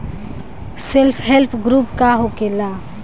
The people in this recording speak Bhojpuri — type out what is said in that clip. सेल्फ हेल्प ग्रुप का होखेला?